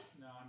No